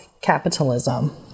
capitalism